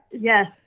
Yes